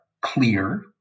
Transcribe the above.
clear